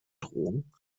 drogen